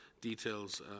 details